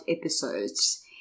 episodes